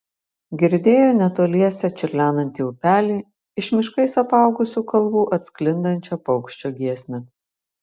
girdėjo netoliese čiurlenantį upelį iš miškais apaugusių kalvų atsklindančią paukščio giesmę